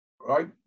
right